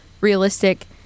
realistic